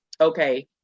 Okay